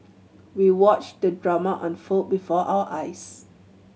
we watched the drama unfold before our eyes